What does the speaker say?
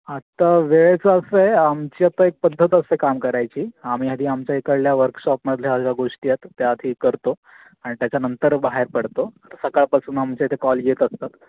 आता वेळेचं असं आहे आमची आता एक पद्धत असते काम करायची आम्ही आधी आमच्या इकडल्या वर्कशॉपमधल्या ज्या गोष्टी आहेत त्या आधी करतो आणि त्याच्या नंतर बाहेर पडतो सकाळपासून आमच्या इथे कॉल येत असतात